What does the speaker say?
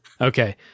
Okay